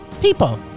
people